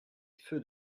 feux